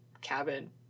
cabin